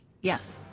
Yes